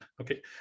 Okay